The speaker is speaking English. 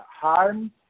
harm